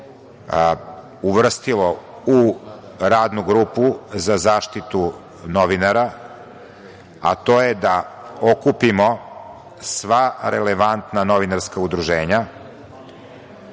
uvrstilo u radnu grupu za zaštitu novinara, a to je da okupimo sva relevantna novinarska udruženja.